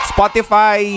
Spotify